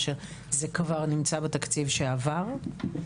זה כבר נמצא בתקציב שעבר?